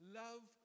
love